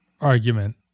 argument